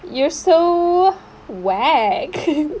you are so wack